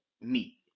meat